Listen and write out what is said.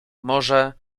może